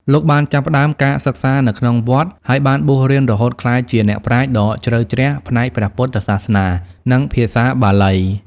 លោកបានចាប់ផ្ដើមការសិក្សានៅក្នុងវត្ត ហើយបានបួសរៀនរហូតក្លាយជាអ្នកប្រាជ្ញដ៏ជ្រៅជ្រះផ្នែកព្រះពុទ្ធសាសនា និងភាសាបាលី។